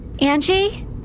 Angie